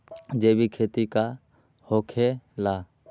जैविक खेती का होखे ला?